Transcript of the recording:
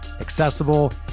accessible